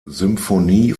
symphonie